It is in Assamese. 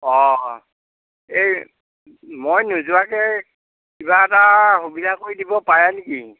অঁ এই মই নোযোৱাকৈ কিবা এটা সুবিধা কৰি দিব পাৰে নেকি